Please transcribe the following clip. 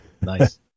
Nice